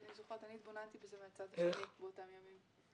אני זוכרת, התבוננתי בזה מהצד השני באותם ימים.